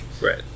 Right